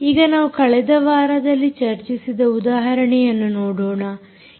ಈಗ ನಾವು ಕಳೆದ ವಾರದಲ್ಲಿ ಚರ್ಚಿಸಿದ ಉದಾಹರಣೆಯನ್ನು ನೋಡೋಣ